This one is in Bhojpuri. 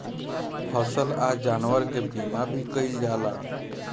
फसल आ जानवर के बीमा भी कईल जाला